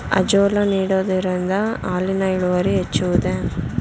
Azolla ನೀಡುವುದರಿಂದ ಹಾಲಿನ ಇಳುವರಿ ಹೆಚ್ಚುವುದೇ?